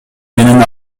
менен